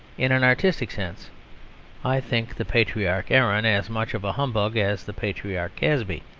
in an artistic sense i think the patriarch aaron as much of a humbug as the patriarch casby.